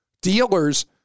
dealers